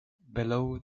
below